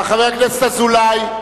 חבר הכנסת אזולאי,